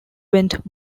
went